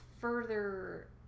further